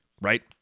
right